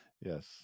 Yes